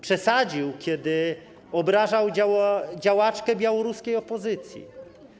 Przesadził, kiedy obrażał działaczkę białoruskiej opozycji.